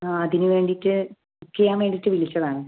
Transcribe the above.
അതിന് വേണ്ടിയിട്ട് ബുക്ക് ചെയ്യാൻ വേണ്ടിയിട്ട് വിളിച്ചതാണ്